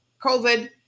COVID